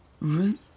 Root